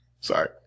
Sorry